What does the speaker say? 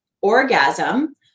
orgasm